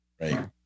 Right